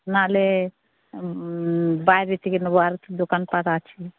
নাহলে বাইরের থেকে নেব আরও তো দোকানপাট আছে